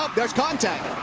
there's contact.